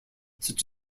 such